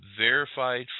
verified